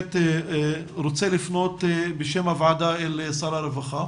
באמת רוצה לפנות בשם הוועדה אל שר הרווחה,